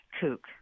kook